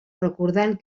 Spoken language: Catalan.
recordant